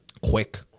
Quick